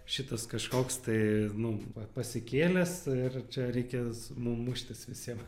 šitas kažkoks tai nu va pasikėlęs ir čia reikės mum muštis visiem